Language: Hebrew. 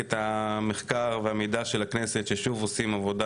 למחלקת המחקר והמידע של הכנסת ששוב עושים עבודה